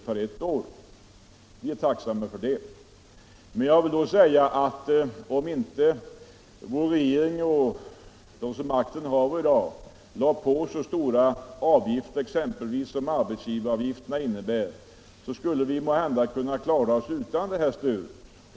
för ett år, och vi är tacksamma för det. Men om inte vår regering och de som makten haver i dag lade på så stora avgifter som exempelvis arbetsgivaravgifterna utgör skulle vi måhända kunna klara oss utan det här stödet.